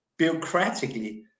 bureaucratically